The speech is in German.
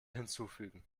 hinzufügen